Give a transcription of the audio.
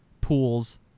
Pools